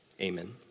Amen